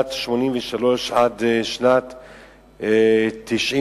משנת 1983 עד שנת 1998,